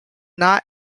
not